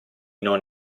non